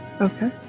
Okay